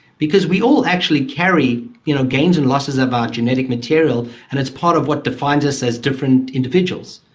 because we all actually carry you know gains and losses of our genetic material, and it's part of what defines us as different individuals.